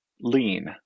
lean